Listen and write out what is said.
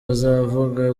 azavuga